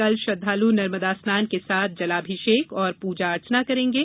कल श्रद्वालु नर्मदा स्नान के साथ जलाभिषेक और पूजा अर्चना करेंगे